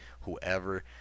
whoever